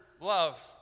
love